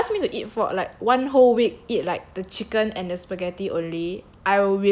like if you ask me to eat for like one whole week eat like the chicken and the spaghetti only I